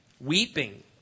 Weeping